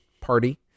party